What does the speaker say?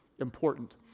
important